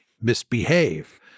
misbehave